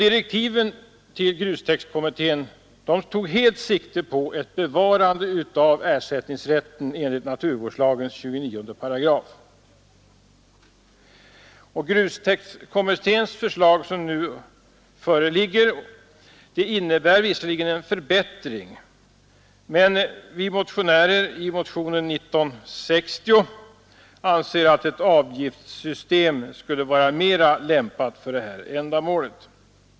Direktiven till grustäktskommittén tog helt sikte på ett bevarande av ersättningsrätten enligt naturvårdslagens 29 §. Grustäktskommitténs förslag, som nu föreligger, innebär visserligen en förbättring, men vi motionärer i motionen 1960 anser att ett avgiftssystem skulle vara mera lämpat för ändamålet.